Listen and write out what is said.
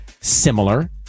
similar